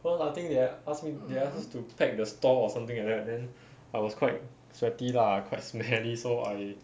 cause I think they ask me they ask us to pack the store or something like that then I was quite sweaty lah quite smelly so I